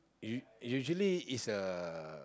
u~ usually it's a